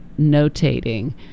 notating